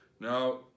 Now